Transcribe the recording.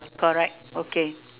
correct okay